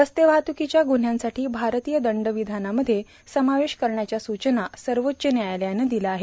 रस्ते वाहत्कीच्या ग्न्हयांसाठी भारतीय दंड विधानामध्ये समावेश करण्याच्या सूचना सर्वोच्च न्यायालयानं दिल्या आहेत